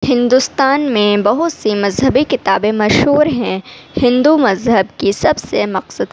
ہندوستان میں بہت سی مذہبی کتابیں مشہور ہیں ہندو مذہب کی سب سے مقصد